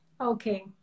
Okay